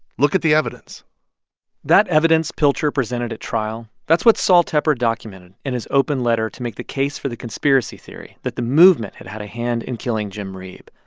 look at the evidence that evidence pilcher presented at trial, that's what sol tepper documented in his open letter to make the case for the conspiracy theory that the movement had had a hand in killing jim reeb.